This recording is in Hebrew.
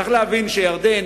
צריך להבין שירדן